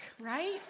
right